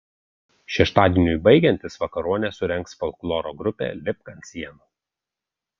šeštadieniui baigiantis vakaronę surengs folkloro grupė lipk ant sienų